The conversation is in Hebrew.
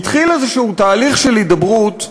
התחיל איזשהו תהליך של הידברות,